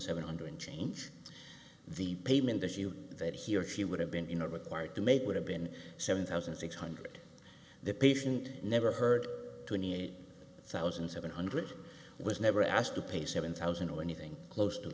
seven hundred change the payment issue that he or she would have been in a required to make would have been seven thousand six hundred the patient never heard twenty eight thousand seven hundred was never asked to pay seven thousand or anything close to